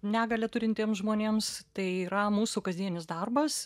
negalią turintiems žmonėms tai yra mūsų kasdieninis darbas